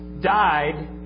died